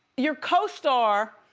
your costar